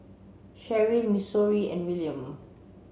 Cherryl Missouri and Wiliam